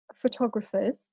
photographers